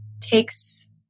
takes